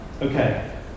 Okay